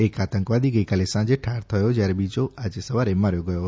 એક આતંકવાદી ગઈકાલે સાંજે ઠાર થયો જ્યારે બીજો આજે સવારે માર્યો ગયો હતો